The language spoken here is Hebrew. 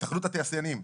התאחדות התעשיינים.